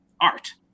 art